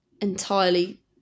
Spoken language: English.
entirely